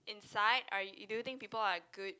inside are yo~ do you think people are good